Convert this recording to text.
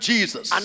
Jesus